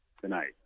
tonight